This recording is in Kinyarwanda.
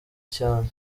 cyane